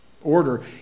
order